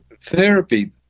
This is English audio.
therapy